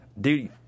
Dude